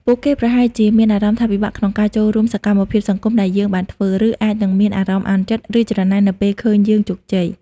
ពួកគេប្រហែលជាមានអារម្មណ៍ថាពិបាកក្នុងការចូលរួមសកម្មភាពសង្គមដែលយើងបានធ្វើ ឬអាចនឹងមានអារម្មណ៍អន់ចិត្ត ឬច្រណែននៅពេលឃើញយើងជោគជ័យ។